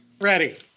Ready